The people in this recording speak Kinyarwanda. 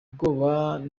ubwabo